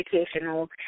educational